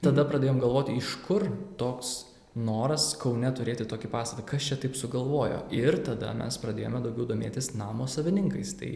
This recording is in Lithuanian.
tada pradėjom galvoti iš kur toks noras kaune turėti tokį pastatą kas čia taip sugalvojo ir tada mes pradėjome daugiau domėtis namo savininkais tai